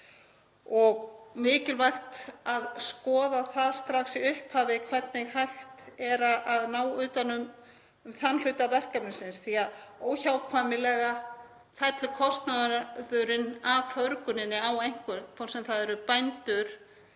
Mikilvægt er að skoða það strax í upphafi hvernig hægt er að ná utan um þann hluta verkefnisins því að óhjákvæmilega fellur kostnaðurinn af förguninni á einhvern, hvort sem það eru bændur,